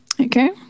Okay